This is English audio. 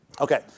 Okay